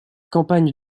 campagne